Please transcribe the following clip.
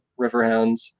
Riverhounds